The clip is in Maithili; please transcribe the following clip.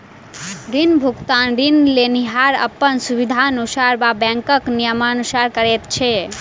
ऋण भुगतान ऋण लेनिहार अपन सुबिधानुसार वा बैंकक नियमानुसार करैत छै